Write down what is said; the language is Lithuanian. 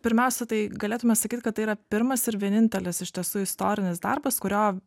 pirmiausia tai galėtume sakyt kad tai yra pirmas ir vienintelis iš tiesų istorinis darbas kurio